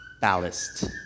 ballast